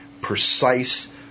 precise